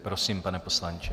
Prosím, pane poslanče.